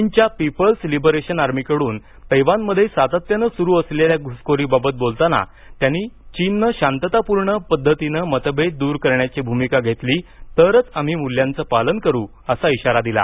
चीनच्या People's Liberation आर्मीकडून तैवानमध्ये सातत्यानं सुरू असलेल्या घुसखोरीबाबत बोलताना त्यांनी चीननं शांततापूर्ण पद्धतीनं मतभेद दूर करण्याची भूमिका घेतली तरच आम्ही मूल्यांचं पालन करू असा इशारा दिला